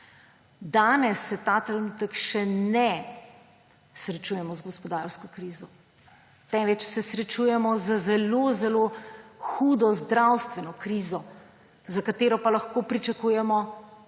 Danes se ta trenutek še ne srečujemo z gospodarsko krizo, temveč se srečujemo z zelo zelo hudo zdravstveno krizo, za katero pa lahko pričakujemo,